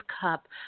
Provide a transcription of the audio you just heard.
cup